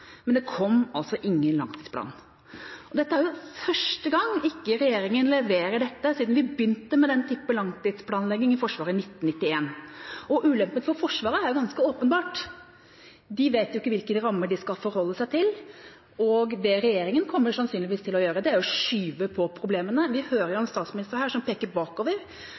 ikke leverer dette. Ulempen for Forsvaret er ganske åpenbar: De vet ikke hvilke rammer de skal forholde seg til, og det regjeringen sannsynligvis kommer til å gjøre, er å skyve på problemene. Vi hører jo en statsminister her som peker bakover